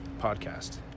Podcast